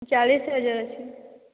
ଚାଳିଶ ହଜାର ଅଛି